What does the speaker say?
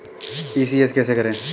ECS कैसे करें?